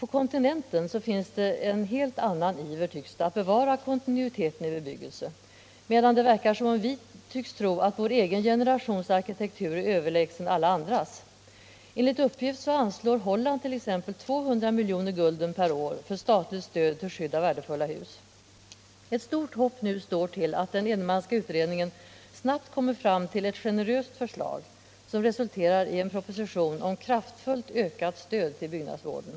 På kontinenten finns en helt annan iver, tycks det, att bevara kontinuiteten i bebyggelsen, medan det verkar som om vi ansåg att vår egen generations arkitektur är överlägsen alla andras. Enligt uppgift anslår t.ex. Holland 200 miljoner gulden per år för statligt stöd till skydd av värdefulla hus. Ett stort hopp står nu till att den Edenmanska utredningen snabbt kommer fram till ett generöst förslag, som resulterar i en proposition om kraftfullt ökat stöd till byggnadsvården.